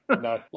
no